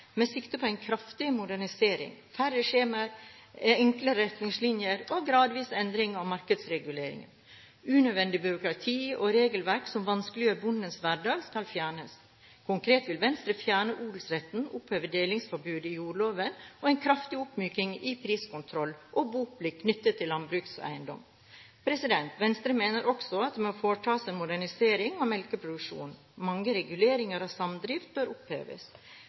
med sikte på en kraftig modernisering, færre skjemaer, enklere retningslinjer og en gradvis endring av markedsreguleringer. Unødvendig byråkrati og regelverk som vanskeliggjør bondens hverdag, skal fjernes. Konkret vil Venstre fjerne odelsretten, oppheve delingsforbudet i jordloven og få en kraftig oppmyking av priskontroll og boplikt knyttet til landbrukseiendom. Venstre mener også det må foretas en modernisering av melkeproduksjonen. Mange reguleringer av samdrift bør oppheves,